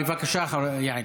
בבקשה, יעל.